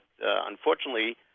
unfortunately